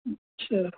अच्छा